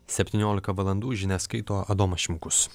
septyniolika valandų žinias skaito adomas šimkus